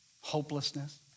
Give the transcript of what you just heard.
Hopelessness